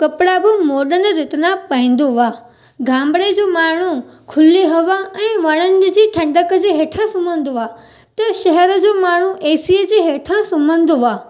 कपिड़ा बि मोडन रीति ना पाईंदो आहे गामिड़े जो माण्हू खुली हवा ऐं वणनि जी ठंडक जे हेठां सुम्हंदो आहे त शहर जो माण्हू एसीअ जे हेठां सुम्हंदो आहे